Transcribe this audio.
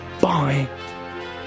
Bye